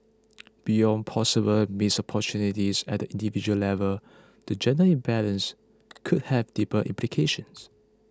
beyond possible missed opportunities at the individual level the gender imbalance could have deeper implications